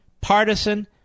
partisan